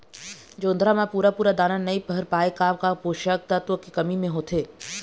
जोंधरा म पूरा पूरा दाना नई भर पाए का का पोषक तत्व के कमी मे होथे?